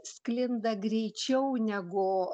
sklinda greičiau negu